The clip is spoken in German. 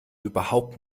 überhaupt